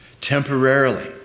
temporarily